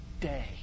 day